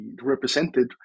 represented